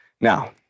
Now